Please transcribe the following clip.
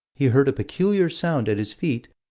he heard a peculiar sound at his feet,